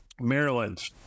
Maryland